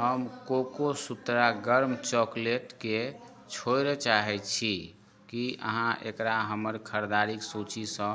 हम कोकोसूत्रा गर्म चॉकलेटकेँ छोड़य चाहय छी की अहाँ एकरा हमर खरीदारिक सूचीसँ